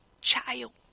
child